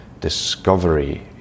discovery